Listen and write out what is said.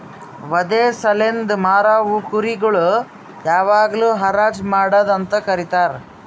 ವಧೆ ಸಲೆಂದ್ ಮಾರವು ಕುರಿ ಗೊಳಿಗ್ ಯಾವಾಗ್ಲೂ ಹರಾಜ್ ಮಾಡದ್ ಅಂತ ಕರೀತಾರ